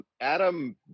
Adam